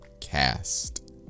Cast